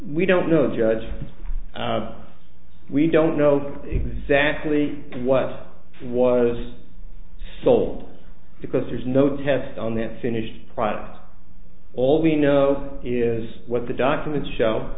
we don't know the judge we don't know exactly what was sold because there's no test on that finished product all we know is what the documents show